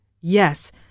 Yes